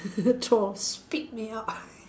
throw spit me out